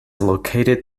located